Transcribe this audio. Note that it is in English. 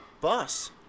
bus